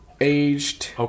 aged